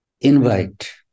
Invite